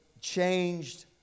Changed